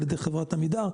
על ידי חברת עמידר,